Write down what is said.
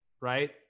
right